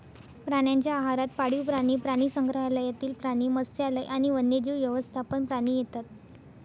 प्राण्यांच्या आहारात पाळीव प्राणी, प्राणीसंग्रहालयातील प्राणी, मत्स्यालय आणि वन्यजीव व्यवस्थापन प्राणी येतात